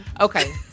Okay